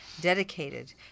dedicated